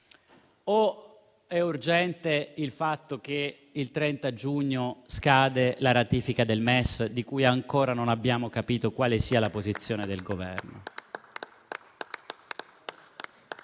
o è urgente il fatto che il 30 giugno scade la ratifica del MES, su cui ancora non abbiamo capito quale sia la posizione del Governo?